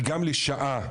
גם לשעה,